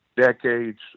decades